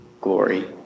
glory